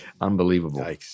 Unbelievable